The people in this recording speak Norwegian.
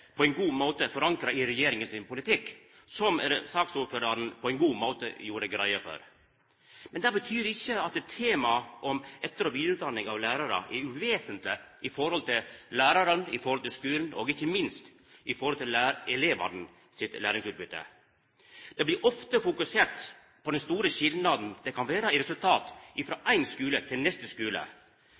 på ein god måte alt er forankra i regjeringa sin politikk, som saksordføraren på ein god måte gjorde greie for. Men det betyr ikkje at temaet om etter- og vidareutdanning av lærarar er uvesentleg i forhold til læraren, i forhold til skulen og ikkje minst i forhold til elevane sitt læringsutbytte. Det blir ofte fokusert på den store skilnaden det kan vera i resultat frå ein skule til neste skule.